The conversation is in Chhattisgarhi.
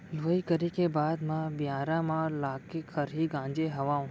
लुवई करे के बाद म बियारा म लाके खरही गांजे हँव